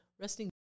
Resting